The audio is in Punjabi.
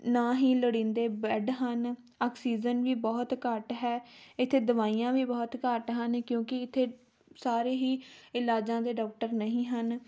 ਨਾ ਹੀ ਲੋੜੀਂਦੇ ਬੈੱਡ ਹਨ ਆਕਸੀਜਨ ਵੀ ਬਹੁਤ ਘੱਟ ਹੈ ਇੱਥੇ ਦਵਾਈਆਂ ਵੀ ਬਹੁਤ ਘੱਟ ਹਨ ਕਿਉਂਕਿ ਇੱਥੇ ਸਾਰੇ ਹੀ ਇਲਾਜਾਂ ਦੇ ਡੋਕਟਰ ਨਹੀਂ ਹਨ